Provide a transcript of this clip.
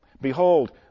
Behold